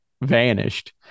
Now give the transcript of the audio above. vanished